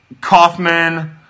Kaufman